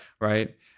right